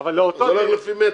זה הולך לפי מטרים.